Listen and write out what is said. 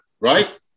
right